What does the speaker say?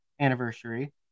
anniversary